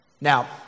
Now